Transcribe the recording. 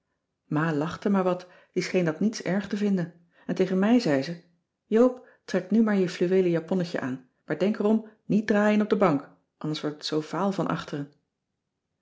ma lachte maar wat die scheen dat niets erg te vinden en tegen mij zei ze joop trek nu maar je fluweelen japonnetje aan maar denk erom niet draaien op de bank anders wordt het zoo vaal van achteren